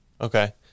okay